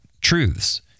truths